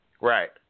Right